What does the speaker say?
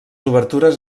obertures